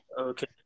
Okay